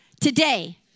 Today